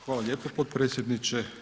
Hvala lijepo potpredsjedniče.